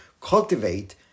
cultivate